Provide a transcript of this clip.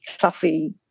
classy